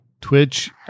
Twitch